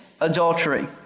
adultery